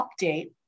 update